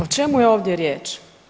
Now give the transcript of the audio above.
O čemu je ovdje riječ?